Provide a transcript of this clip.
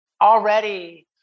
already